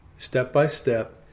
step-by-step